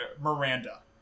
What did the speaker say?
Miranda